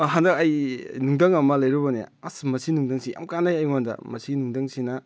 ꯍꯟꯗꯛ ꯑꯩ ꯅꯨꯡꯊꯪ ꯑꯃ ꯂꯩꯔꯨꯕꯅꯦ ꯑꯁ ꯃꯁꯤ ꯅꯨꯡꯊꯪꯁꯤ ꯌꯥꯝ ꯀꯥꯟꯅꯩ ꯑꯩꯉꯣꯟꯗ ꯃꯁꯤ ꯅꯨꯡꯊꯪꯁꯤꯅ